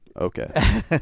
okay